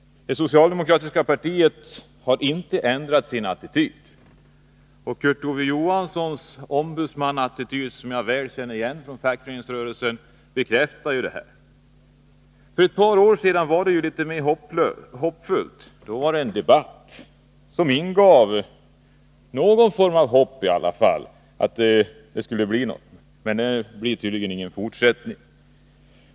Det socialdemokratiska partiet har inte ändrat sin attityd. Kurt Ove Johanssons ombudsmannaattityd känns igen. För ett par år sedan var det en debatt inom arbetarrörelsen som ingav visst hopp om att det skulle bli något bättre. Tyvärr har den inte fått någon fortsättning.